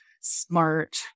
smart